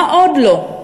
מה עוד לא?